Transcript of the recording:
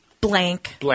blank